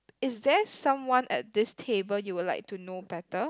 is there someone at this table you would like to know better